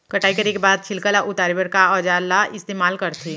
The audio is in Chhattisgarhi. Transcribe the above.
कटाई करे के बाद छिलका ल उतारे बर का औजार ल इस्तेमाल करथे?